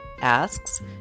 asks